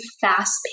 fast